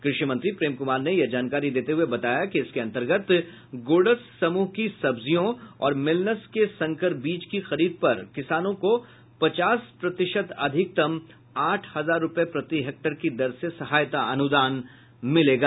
कृषि मंत्री प्रेम कुमार ने यह जानकारी देते हुए बताया कि इसके अंतर्गत गोर्डस समूह की सब्जियों और मेलनस के संकर बीज की खरीद पर किसानों को पचास प्रतिशत अधिकतम आठ हजार रूपये प्रति हेक्टेयर की दर से सहायता अनुदान मिलेगा